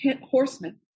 horsemen